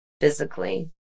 physically